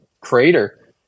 crater